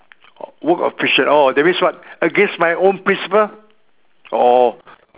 work of friction oh that means what against my own principle or